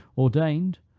ordained,